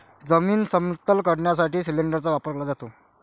जमीन समतल करण्यासाठी सिलिंडरचा वापर केला जातो